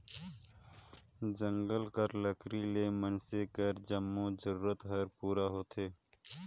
जंगल कर लकरी ले मइनसे कर जम्मो जरूरत हर पूरा होथे